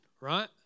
right